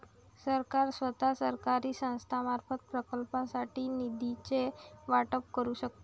सरकार स्वतः, सरकारी संस्थांमार्फत, प्रकल्पांसाठी निधीचे वाटप करू शकते